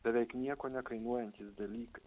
beveik nieko nekainuojantys dalykai